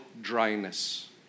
dryness